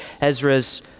Ezra's